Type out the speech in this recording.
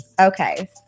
Okay